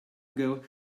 ago